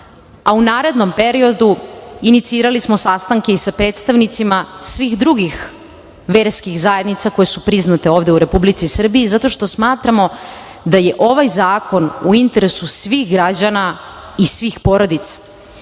a u narednom periodu inicirali smo sastanke i sa predstavnicima svih drugih verskih zajednica koje su priznate ovde u Republici Srbiji zato što smatramo da je ovaj zakon u interesu svih građana i svih porodica. Verujem